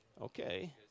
Okay